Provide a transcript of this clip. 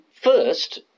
first